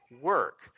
work